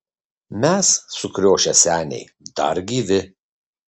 mes sukriošę seniai dar gyvi